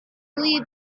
believed